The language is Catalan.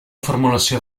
formulació